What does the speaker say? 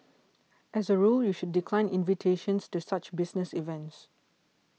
as a rule you should decline invitations to such business events